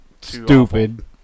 stupid